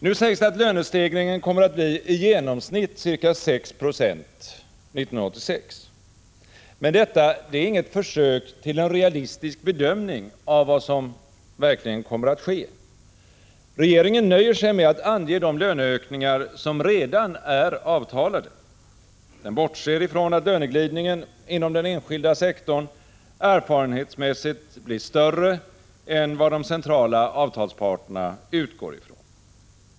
Nu sägs det att lönestegringen kommer att bli i genomsnitt ca 6 26 1986. Men detta är inte ett försök till en realistisk bedömning av vad som kommer att ske. Regeringen nöjer sig med att ange de löneökningar som redan är avtalade. Den bortser ifrån att löneglidningen inom den enskilda sektorn erfarenhetsmässigt blir högre än vad de centrala avtalsparterna utgår ifrån.